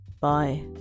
Bye